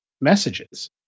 messages